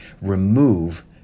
remove